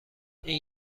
این